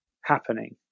happening